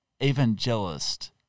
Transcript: evangelist